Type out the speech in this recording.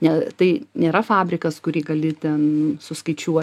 ne tai nėra fabrikas kurį gali ten suskaičiuo